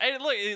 look